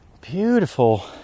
beautiful